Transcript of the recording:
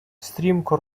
стрімко